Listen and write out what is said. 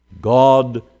God